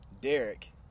Derek